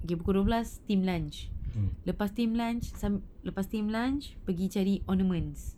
okay pukul dua belas team lunch lepas team lunch some lepas team lunch pergi cari ornaments